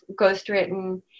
ghostwritten